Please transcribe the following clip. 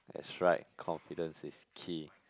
that's right confidence is key